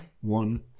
One